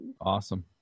Awesome